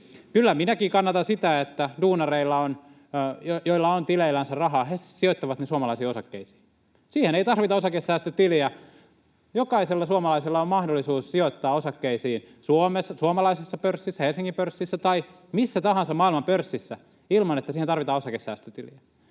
Kyllä minäkin kannatan sitä, että duunarit, joilla on tileillänsä rahaa, sijoittavat ne suomalaisiin osakkeisiin. Siihen ei tarvita osakesäästötiliä. Jokaisella suomalaisella on mahdollisuus sijoittaa osakkeisiin suomalaisessa pörssissä, Helsingin pörssissä, tai missä tahansa maailman pörssissä ilman, että siihen tarvitaan osakesäästötiliä.